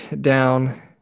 down